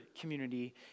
community